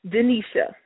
Denisha